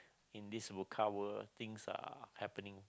in this world things are happening